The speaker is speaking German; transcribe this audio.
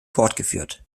fortgeführt